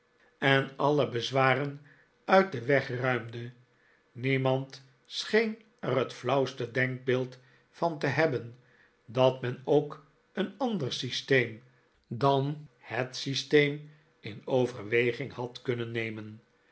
en alle bezwaren uit den weg ruimde niemand scheen er het flauwste denkbeeld van te hebben dat men ook een ander systeem dan het systeem in overweging had kunnen nemen